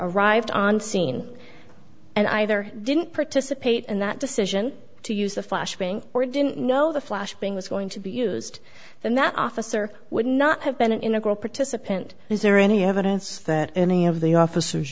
arrived on scene and either didn't participate in that decision to use the flashing or didn't know the flash thing was going to be used then that officer would not have been an integral participant is there any evidence that any of the officers